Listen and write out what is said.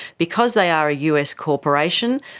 because they are a us corporation,